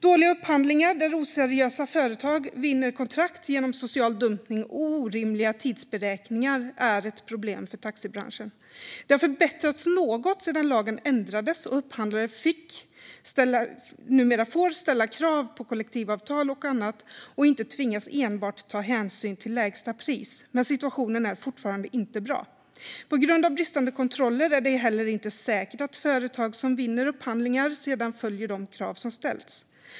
Dåliga upphandlingar där oseriösa företag vinner kontrakt genom social dumpning och orimliga tidsberäkningar är ett problem för taxibranschen. Det har förbättrats något sedan lagen ändrades och upphandlare numera får ställa krav på kollektivavtal och annat och inte tvingas enbart ta hänsyn till lägsta pris, men situationen är fortfarande inte bra. På grund av bristande kontroller är det heller inte säkert att företag som vinner upphandlingar sedan följer de krav som ställts.